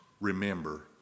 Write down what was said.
Remember